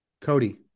Cody